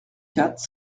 quatre